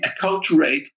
acculturate